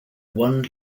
one